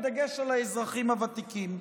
בדגש על האזרחים הוותיקים.